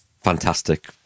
fantastic